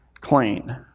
clean